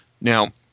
Now